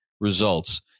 results